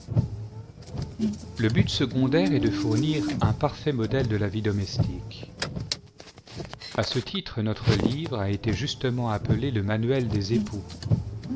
le but secondaire est de fournir un parfait modèle de la vie domestique a titre notre livre a été justement appelé le manuel des époux